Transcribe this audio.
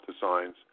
designs